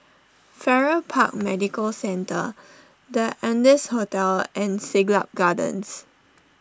Farrer Park Medical Centre the Ardennes Hotel and Siglap Gardens